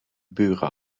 buren